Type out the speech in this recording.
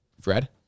Fred